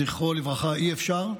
זכרו לברכה, אי-אפשר.